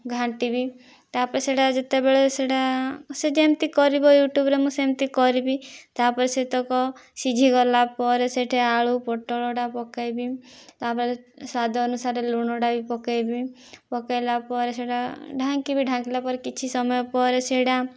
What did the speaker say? ଘାଣ୍ଟିବି ତାପରେ ସେଟା ଯେତେବେଳେ ସେଟା ସେ ଯେମିତି କରିବ ୟୁଟ୍ୟୁବରେ ମୁଁ ସେମତି କରିବି ତାପରେ ସେତକ ସିଝିଗଲା ପରେ ସେଇଠେ ଆଳୁ ପୋଟଳଟା ପକାଇବି ତାପରେ ସ୍ୱାଦ ଅନୁସାରେ ଲୁଣଟା ବି ପକେଇବି ପକେଇଲା ପରେ ସେଇଟା ଢାଙ୍କିବି ଢାଙ୍କିଲାପରେ କିଛି ସମୟ ପରେ ସେଟା